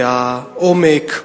והעומק,